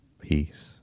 Peace